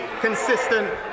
consistent